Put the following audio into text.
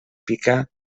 pica